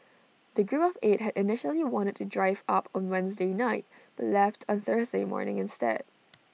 the group of eight had initially wanted to drive up on Wednesday night but left on Thursday morning instead